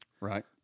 Right